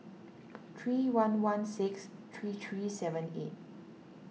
three one one six three three seven eight